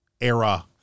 era